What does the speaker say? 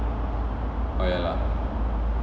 oh ya lah